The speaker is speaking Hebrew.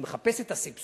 אני מחפש את הסבסוד?